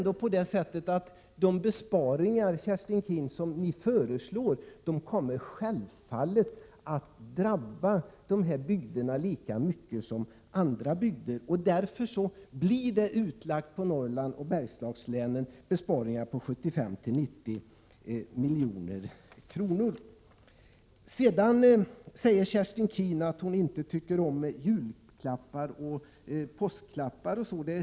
De besparingar som ni föreslår, Kerstin Keen, kommer självfallet att drabba dessa bygder lika mycket som andra bygder. Det blir för Norrlandsoch Bergslagslänen besparingar på 75-90 milj.kr. Kerstin Keen säger att hon inte tycker om julklappar, påskklappar osv.